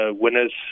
winners